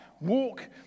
Walk